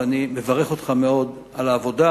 ואני מברך אותך מאוד על העבודה,